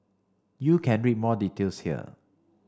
you can read more details here